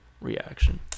reaction